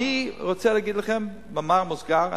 אני רוצה לומר לכם במאמר מוסגר,